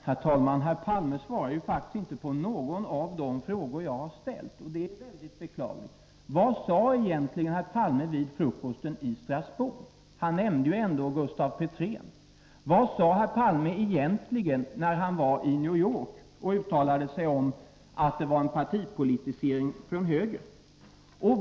Herr talman! Herr Palme svarar faktiskt inte på någon av de frågor jag har ställt, och det är mycket beklagligt. Vad sade herr Palme egentligen vid pressfrukosten i Strasbourg? Han nämnde ändå Gustaf Petrén. Vad sade herr Palme egentligen när han var i New York och uttalade sig om att det var en partipolitisering från höger?